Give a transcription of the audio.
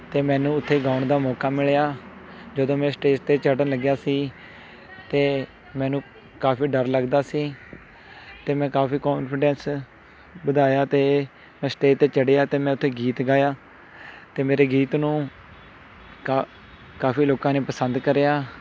ਅਤੇ ਮੈਨੂੰ ਉੱਥੇ ਗਾਉਣ ਦਾ ਮੌਕਾ ਮਿਲਿਆ ਜਦੋਂ ਮੈਂ ਸਟੇਜ 'ਤੇ ਚੜ੍ਹਨ ਲੱਗਿਆ ਸੀ ਅਤੇ ਮੈਨੂੰ ਕਾਫੀ ਡਰ ਲੱਗਦਾ ਸੀ ਅਤੇ ਮੈਂ ਕਾਫੀ ਕੋਂਨਫੀਡੈਂਸ ਵਧਾਇਆ ਅਤੇ ਮੈਂ ਸਟੇਜ 'ਤੇ ਚੜ੍ਹਿਆ ਅਤੇ ਮੈਂ ਉੱਥੇ ਗੀਤ ਗਾਇਆ ਅਤੇ ਮੇਰੇ ਗੀਤ ਨੂੰ ਕਾ ਕਾਫੀ ਲੋਕਾਂ ਨੇ ਪਸੰਦ ਕਰਿਆ